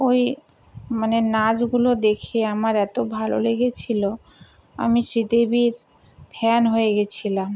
ওই মানে নাচগুলো দেখে আমার এত ভালো লেগেছিল আমি শ্রীদেবীর ফ্যান হয়ে গেছিলাম